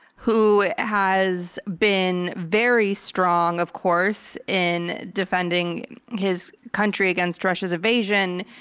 who has been very strong, of course, in defending his country against russia's invasion.